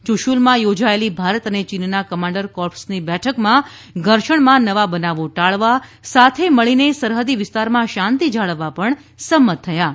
યુશુલમાં યોજાયેલી ભારત અને ચીનના કમાન્ડર કોર્પ્સની બેઠકમાં ઘર્ષણમાં નવા બનાવો ટાળવા સાથે મળીને સરહદી વિસ્તારમાં શાંતિ જાળવવા પણ સંમત થયા હતા